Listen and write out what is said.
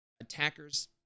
attacker's